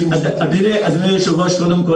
אדוני היושב-ראש, קודם כול